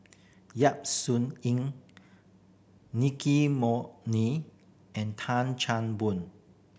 Yap Sun Yin Nicky and Tan Chan Boon